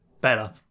Better